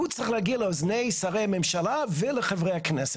הוא צריך להגיע לאוזני שרי ממשלה וחברי כנסת.